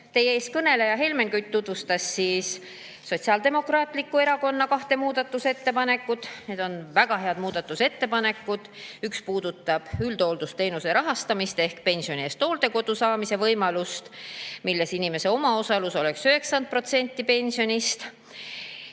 Teie ees kõneleja Helmen Kütt tutvustas Sotsiaaldemokraatliku Erakonna kahte muudatusettepanekut. Need on väga head muudatusettepanekud. Üks puudutab üldhooldusteenuse rahastamist ehk pensioni eest hooldekodu[koha] saamise võimalust, selle järgi oleks inimese omaosalus 90% pensionist.